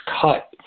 cut